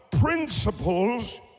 principles